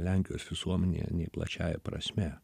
lenkijos visuomenei plačiąja prasme